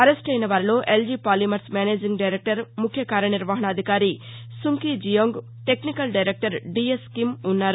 అరెస్లెన వారిలో LG polymers managing director ముఖ్య కార్యనిర్వహణాధికారి Sunkee Jeong technical director DS Kim ఉన్నారు